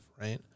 right